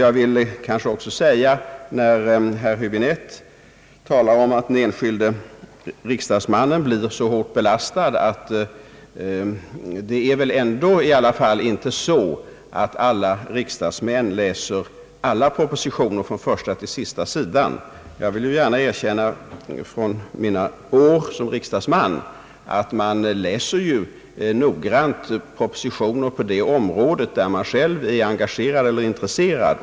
Jag vill dock, när herr Hibinette talar om att den enskilde riksdagsmannen blir så hårt belastad, påstå att alla riksdagsmän inte läser alla propositioner från första sidan till den sista. Jag erkänner gärna från mina år som riksdagsman, att jag bara läste noggrant propositioner på det område där jag själv var engagerad eller intresserad.